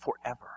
forever